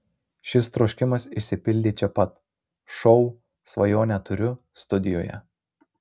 šis troškimas išsipildė čia pat šou svajonę turiu studijoje